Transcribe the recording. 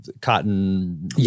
cotton